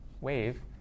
wave